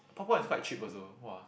quite cheap also !wah!